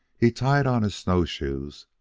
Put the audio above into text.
he tied on his snowshoes,